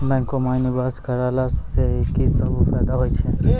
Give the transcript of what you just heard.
बैंको माई निवेश कराला से की सब फ़ायदा हो छै?